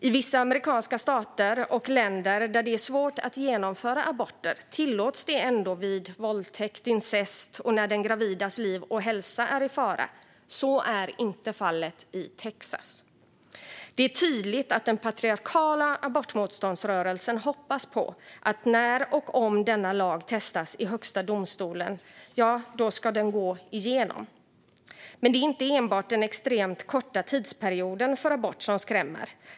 I vissa amerikanska stater och länder där det är svårt att genomföra aborter tillåts det ändå vid våldtäkt, incest och när den gravidas liv och hälsa är i fara. Så är inte fallet i Texas. Det är tydligt att den patriarkala abortmotståndsrörelsen hoppas på att när och om denna lag testas i högsta domstolen ska den gå igenom. Men det är inte enbart den extremt korta tidsperioden för abort som skrämmer.